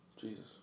Jesus